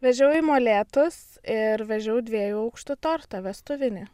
vežiau į molėtus ir vežiau dviejų aukštų tortą vestuvinį